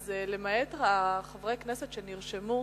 אז למעט חברי הכנסת שנרשמו,